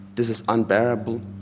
this is unbearable,